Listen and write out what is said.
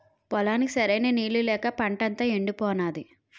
పొలానికి సరైన నీళ్ళు లేక పంటంతా యెండిపోనాది